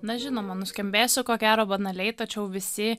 na žinoma nuskambėsiu ko gero banaliai tačiau visi